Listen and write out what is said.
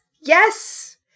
Yes